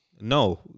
No